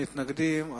נתקבלה.